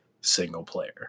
single-player